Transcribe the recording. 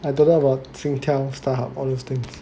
I don't know about Singtel Starhub all those things